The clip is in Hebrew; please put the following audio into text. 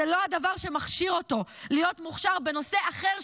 זה לא הדבר שמכשיר אותו להיות מוכשר בנושא אחר,